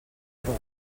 metro